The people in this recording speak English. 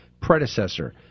predecessor